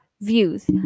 views